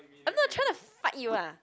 I'm not trying to fight you lah